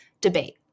debate